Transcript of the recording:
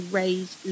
raise